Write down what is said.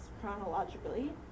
chronologically